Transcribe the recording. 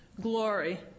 glory